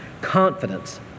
confidence